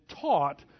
taught